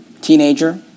teenager